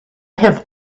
have